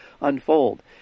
unfold